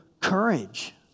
courage